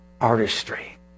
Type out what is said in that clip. artistry